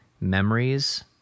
memories